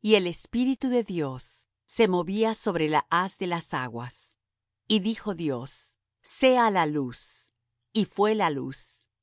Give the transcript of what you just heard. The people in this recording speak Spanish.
y el espíritu de dios se movía sobre la haz de las aguas y dijo dios sea la luz y fué la luz